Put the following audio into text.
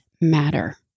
matter